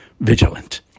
vigilant